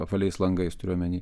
apvaliais langais turiu omeny